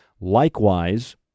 likewise